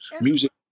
music